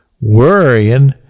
worrying